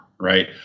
Right